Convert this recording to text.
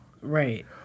Right